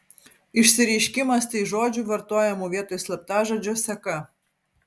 išsireiškimas tai žodžių vartojamų vietoj slaptažodžio seka